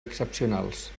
excepcionals